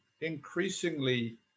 increasingly